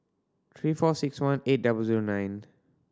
three four six one eight double zero nine